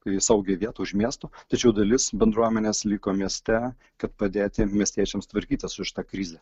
tai į saugią vietą už miesto tačiau dalis bendruomenės liko mieste kad padėti miestiečiams tvarkytis su šita krize